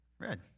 Red